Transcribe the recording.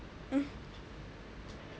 mm